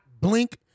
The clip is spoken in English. blink